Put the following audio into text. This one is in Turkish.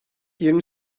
yirmi